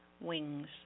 wings